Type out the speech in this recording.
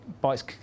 bikes